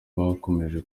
bakomeje